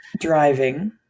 driving